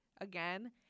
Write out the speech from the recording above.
again